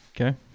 Okay